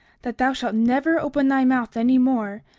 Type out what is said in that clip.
that thou shalt never open thy mouth any more,